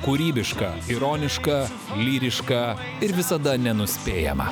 kūrybiška ironiška lyriška ir visada nenuspėjama